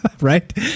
right